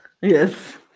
Yes